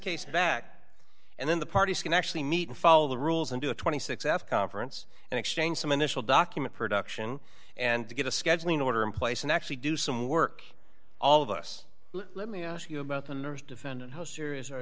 case back and then the parties can actually meet and follow the rules and do a twenty six f conference and exchange some initial document production and get a scheduling order in place and actually do some work all of us let me ask you about the nurse defendant how serious